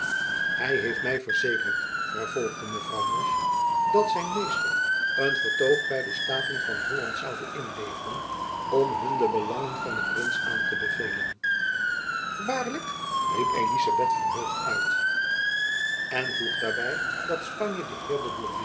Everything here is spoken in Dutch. hy heeft my verzekerd vervolgde mevrouw musch dat zijn meester een vertoog by de staten van holland zoude inleveren om hun de belangen van den prins aan te bevelen waarlijk riep elizabeth verheugd uit en voeg daarby dat spanje den